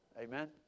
Amen